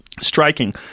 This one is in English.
striking